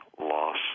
loss